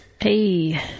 Hey